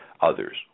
others